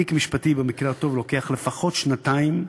תיק משפטי במקרה הטוב לוקח לפחות שנתיים,